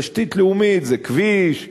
תשתית לאומית זה כביש,